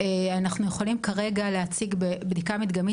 אנחנו יכולים כרגע להציג בבדיקה מדגמית